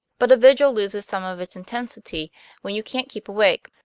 but a vigil loses some of its intensity when you can't keep awake.